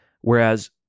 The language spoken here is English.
Whereas